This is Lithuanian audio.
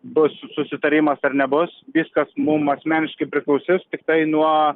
bus susitarimas ar nebus viskas mum asmeniškai priklausys tiktai nuo